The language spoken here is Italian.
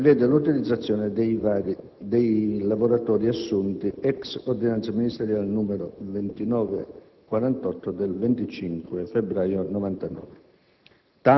prevede l'utilizzazione dei lavoratori assunti *ex* ordinanza ministeriale n. 2948 del 25 febbraio 1999.